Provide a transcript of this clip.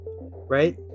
right